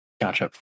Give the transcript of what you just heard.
Gotcha